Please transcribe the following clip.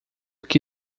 que